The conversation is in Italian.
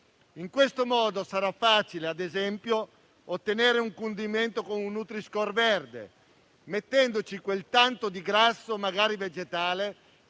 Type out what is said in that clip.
In questo modo sarà facile, ad esempio, ottenere un condimento con un nutri-score verde, mettendoci quel tanto di grasso, magari vegetale,